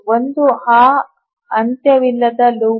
ಒಂದು ಆ ಅಂತ್ಯವಿಲ್ಲದ ಲೂಪ್